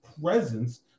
presence